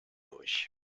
durch